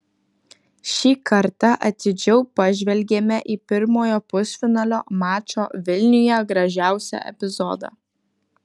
šį kartą atidžiau pažvelgėme į pirmojo pusfinalio mačo vilniuje gražiausią epizodą